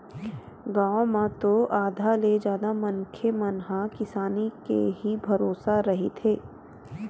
गाँव म तो आधा ले जादा मनखे मन ह किसानी के ही भरोसा रहिथे